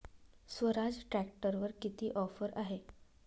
स्वराज ट्रॅक्टरवर किती ऑफर आहे?